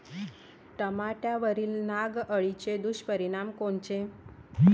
टमाट्यावरील नाग अळीचे दुष्परिणाम कोनचे?